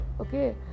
okay